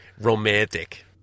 romantic